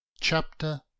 Chapter